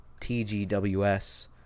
TGWS